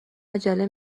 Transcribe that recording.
عجله